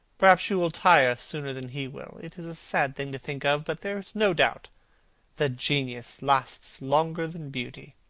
perhaps you will tire sooner than he will. it is a sad thing to think of, but there is no doubt that genius lasts longer than beauty.